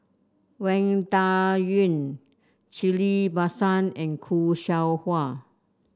Wang Dayuan Ghillie Basan and Khoo Seow Hwa